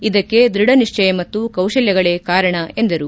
ಇದಕ್ಕೆ ದೃಢ ನಿಶ್ಚಯ ಮತ್ತು ಕೌಶಲ್ಯಗಳೇ ಕಾರಣ ಎಂದರು